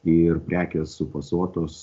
ir prekės sufasuotos